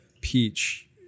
Peach